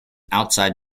outside